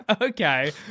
Okay